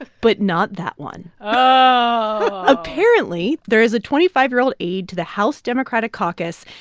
ah but not that one oh apparently, there is a twenty five year old aide to the house democratic caucus,